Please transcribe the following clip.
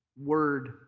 Word